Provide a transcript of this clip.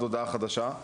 לפחות עד הודעה חדשה.